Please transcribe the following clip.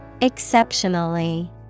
Exceptionally